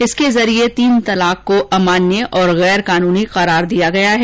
इसके जरिये तीन तलाक को अमान्य और गैर कानूनी करार दिया गया है